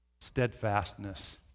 steadfastness